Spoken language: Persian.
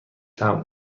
طعم